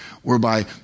whereby